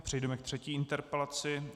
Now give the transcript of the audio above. Přejdeme ke třetí interpelaci.